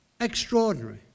Extraordinary